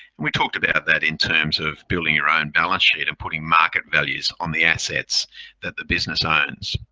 and we talked about that in terms of building your own balance sheet and putting market values on the assets that the business owns.